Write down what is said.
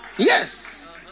Yes